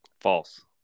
False